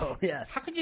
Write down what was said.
yes